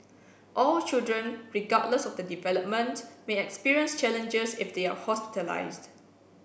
all children regardless of their development may experience challenges if they are hospitalised